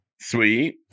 Sweet